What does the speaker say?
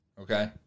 Okay